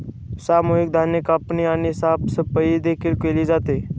सामूहिक धान्य कापणी आणि साफसफाई देखील केली जाते